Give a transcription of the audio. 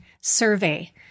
survey